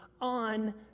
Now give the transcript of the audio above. on